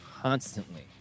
constantly